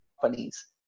companies